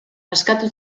askatu